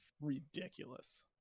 ridiculous